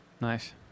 Nice